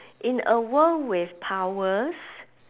in a world with powers